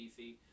PC